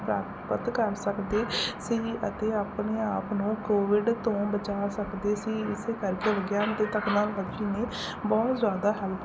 ਪ੍ਰਾਪਤ ਕਰ ਸਕਦੇ ਸੀ ਅਤੇ ਆਪਣੇ ਆਪ ਨੂੰ ਕੋਵਿਡ ਤੋਂ ਬਚਾ ਸਕਦੇ ਸੀ ਇਸੇ ਕਰਕੇ ਵਿਗਿਆਨ ਅਤੇ ਤਕਨਾਲੋਜੀ ਨੇ ਬਹੁਤ ਜਿਆਦਾ ਹੈਲਪ ਕੀਤੀ